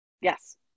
Yes